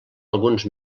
alguns